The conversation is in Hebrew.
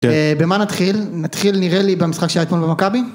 במה נתחיל? נתחיל נראה לי במשחק שהיה אתמול במכבי?